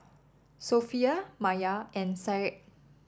Sofea Maya and Syed